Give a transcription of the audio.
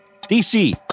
DC